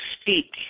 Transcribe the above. speak